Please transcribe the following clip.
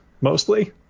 mostly